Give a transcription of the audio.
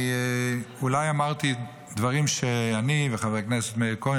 אולי אמרתי דברים שאני וחבר הכנסת מאיר כהן,